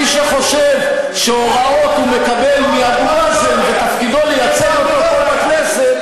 מי שחושב שהוראות הוא מקבל מאבו מאזן ותפקידו לייצג אותו פה בכנסת,